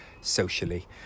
socially